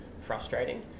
frustrating